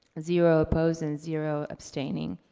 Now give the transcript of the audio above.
zero opposed, and zero abstaining.